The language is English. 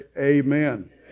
Amen